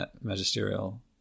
magisterial